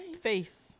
face